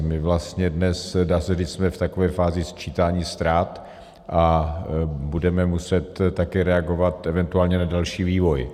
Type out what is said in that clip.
My vlastně dnes, dá se říct, jsme v takové fázi sčítání ztrát a budeme muset také reagovat eventuálně na další vývoj.